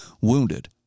wounded